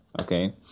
okay